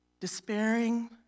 Despairing